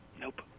Nope